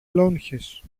λόγχες